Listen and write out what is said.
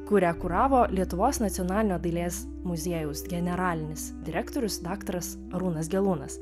kurią kuravo lietuvos nacionalinio dailės muziejaus generalinis direktorius daktars arūnas gelūnas